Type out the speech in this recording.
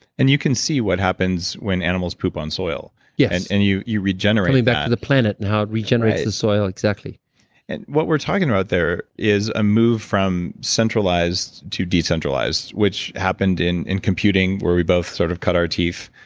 and you can see what happens when animals poop on soil yeah and and yes you regenerate coming back to the planet now, it regenerates the soil, exactly and what we're talking about there is a move from centralized to decentralized, which happened in in computing where we both sort of cut our teeth.